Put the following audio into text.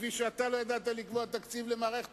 כפי שאתה לא ידעת לקבוע תקציב למערכת